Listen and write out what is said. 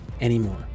anymore